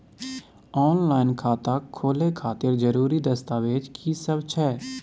Online खाता खोले खातिर जरुरी दस्तावेज की सब छै?